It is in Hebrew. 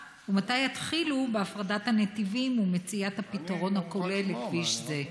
4. מתי יתחילו בהפרדת הנתיבים ובמציאת הפתרון הכולל לכביש זה?